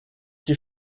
die